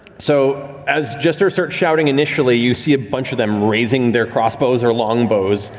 so as jester starts shouting initially, you see a bunch of them raising their crossbows, their longbows,